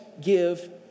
give